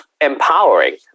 empowering